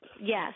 Yes